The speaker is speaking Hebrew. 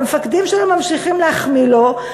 והמפקדים שלו ממשיכים להחמיא לו,